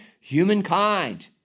humankind